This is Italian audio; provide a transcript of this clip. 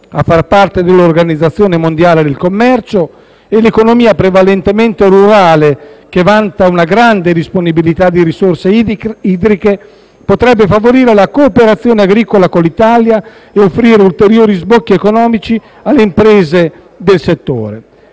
a far parte dell'Organizzazione mondiale del commercio. La sua economia prevalentemente rurale, che vanta una grande disponibilità di risorse idriche, potrebbe favorire la cooperazione agricola con l'Italia e offrire ulteriori sbocchi economici alle imprese del settore.